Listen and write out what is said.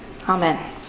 Amen